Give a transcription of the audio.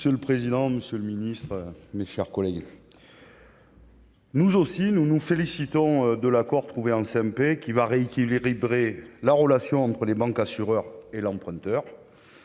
monsieur le président, monsieur le ministre, mes chers collègues. Nous aussi nous nous félicitons de l'Accord trouvé en CMP, qui va rééquilibrer la relation entre les banques, assureurs et l'emprunteur